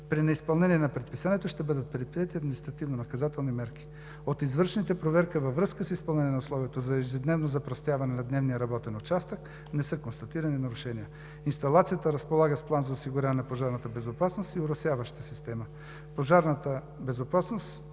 При неизпълнение на предписанието ще бъдат предприети административнонаказателни мерки. От извършената проверка във връзка с изпълнение на условието за ежедневно запръстяване на дневния работен участък не са констатирани нарушения. Инсталацията разполага с план за осигуряване на пожарната безопасност и оросяваща система. Пожарната безопасност